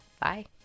Bye